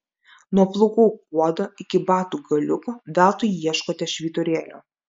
nuo plaukų kuodo iki batų galiukų veltui ieškote švyturėlio